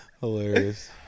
Hilarious